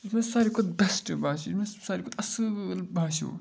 یُس مےٚ ساروی کھۄتہٕ بیٚسٹ باسیو یُس مےٚ ساروی کھۄتہٕ اَصۭل باسیو